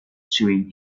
chewing